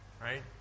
Right